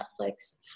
Netflix